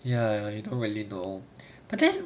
ya you don't really know but then